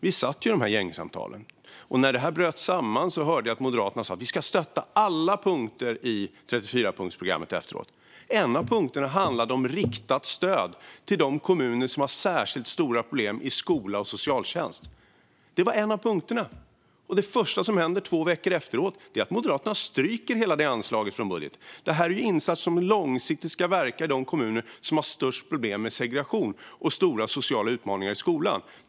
Vi satt i gängsamtalen, och när de bröt samman hörde jag Moderaterna säga: Vi ska stötta alla punkter i 34-punktsprogrammet. En av punkterna handlade om riktat stöd till de kommuner som har särskilt stora problem i skola och socialtjänst. Det var en av punkterna. Men det första som händer är att Moderaterna två veckor senare stryker hela det anslaget från budgeten! Detta är insatser som långsiktigt ska verka i de kommuner som har störst problem med segregation och stora sociala utmaningar i skolan.